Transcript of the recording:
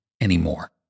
anymore